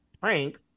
prank